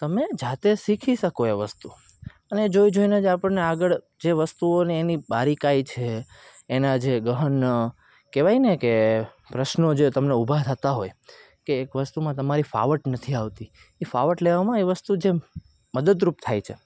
તમે જાતે શીખી શકો એ વસ્તુ અને જોઈ જોઈને જ આપણને આગળ જે વસ્તુઓની એની બારીકાઈ છે એના જે ગહન કહેવાય ને કે પ્રશ્નો જે તમને ઊભા થતા હોય કે એક વસ્તુમાં તમારી ફાવટ નથી આવતી એ ફાવટ લેવામાં એ વસ્તુ જેમ મદદરૂપ થાય છે